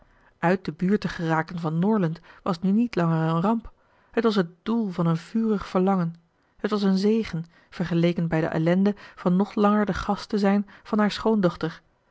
uit de buurt te geraken van norland was nu niet langer een ramp het was het doel van een vurig verlangen het was een zegen vergeleken bij de ellende van nog langer de gast te zijn van haar schoondochter